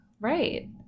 right